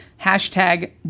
hashtag